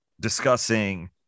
discussing